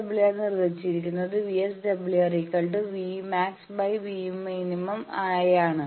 VSWR നിർവചിച്ചിരിക്കുന്നത് VSWR VₘₐₓVₘᵢₙ ആയാണ്